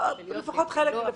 לפחות חלקן.